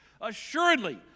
assuredly